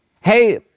Hey